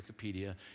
Wikipedia